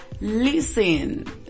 listen